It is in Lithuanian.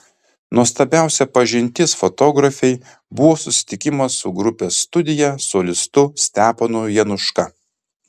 nuostabiausia pažintis fotografei buvo susitikimas su grupės studija solistu steponu januška